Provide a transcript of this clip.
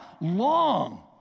long